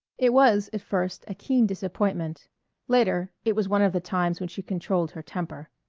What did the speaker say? it was, at first, a keen disappointment later, it was one of the times when she controlled her temper.